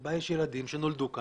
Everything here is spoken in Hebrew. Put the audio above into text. שבה יש ילדים שנולדו כאן,